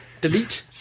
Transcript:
Delete